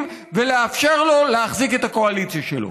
ולאפשר לו להחזיק את הקואליציה שלו.